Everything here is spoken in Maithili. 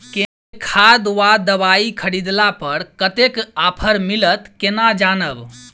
केँ खाद वा दवाई खरीदला पर कतेक केँ ऑफर मिलत केना जानब?